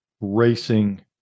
racing